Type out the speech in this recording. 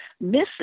missing